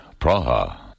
Praha